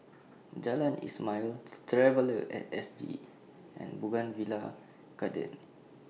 Jalan Ismail Traveller At S G and Bougainvillea Garden